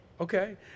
Okay